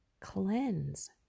cleanse